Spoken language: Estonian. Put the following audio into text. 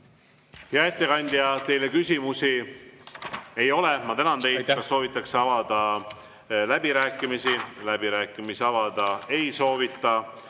Hea ettekandja, teile küsimusi ei ole. Ma tänan teid. Kas soovitakse avada läbirääkimisi? Läbirääkimisi avada ei soovita.